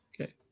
Okay